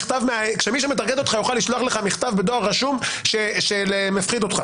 כשמי שמטרגט אותך יוכל לשלוח לך מכתב בדואר רשום שמפחיד אותך,